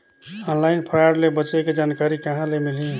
Online fraud ले बचे के जानकारी कहां ले मिलही?